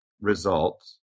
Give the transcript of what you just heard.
Results